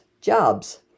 jobs